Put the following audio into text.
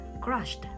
crushed